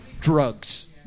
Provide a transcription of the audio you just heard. drugs